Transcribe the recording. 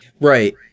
Right